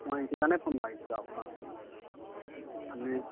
মই সেইটো কাৰণে ফোন মাৰিছিলোঁ আপোনাক আচলতে মানে